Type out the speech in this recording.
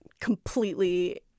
completely